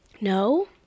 No